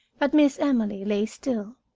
but miss emily lay still.